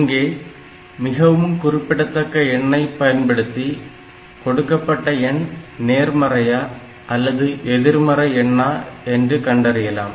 இங்கே மிகவும் குறிப்பிடத்தக்க எண்ணை பயன்படுத்தி கொடுக்கப்பட்ட எண் நேர்மறையா அல்லது எதிர்மறை எண்ணா என்று கண்டறியலாம்